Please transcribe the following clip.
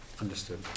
understood